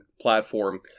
platform